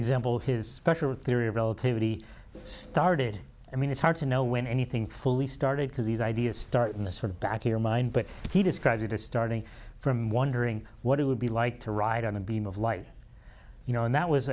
example his special theory of relativity started i mean it's hard to know when anything fully started because these ideas start in this sort of back here mind but he described it as starting from wondering what it would be like to ride on a beam of light you know and that was